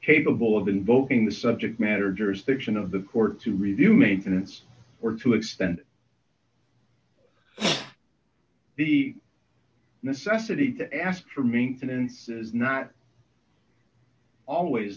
capable of invoking the subject matter jurisdiction of the court to review maintenance or to extend the necessity to ask for maintenance is not always